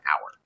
hour